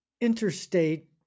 interstate